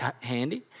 handy